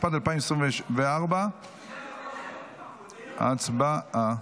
התשפ"ד 2024. הצבעה.